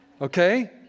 okay